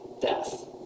death